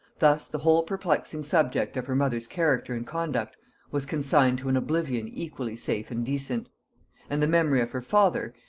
thus the whole perplexing subject of her mother's character and conduct was consigned to an oblivion equally safe and decent and the memory of her father,